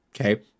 Okay